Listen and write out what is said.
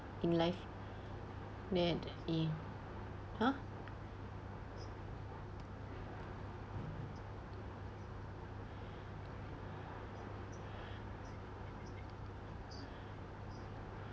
in life that it !huh!